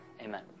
Amen